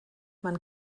man